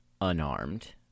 unarmed